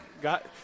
got